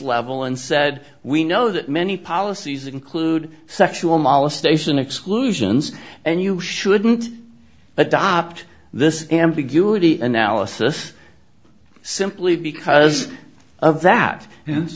level and said we know that many policies include sexual molestation exclusions and you shouldn't adopt this ambiguity and alice this simply because of that and